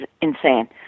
insane